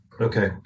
Okay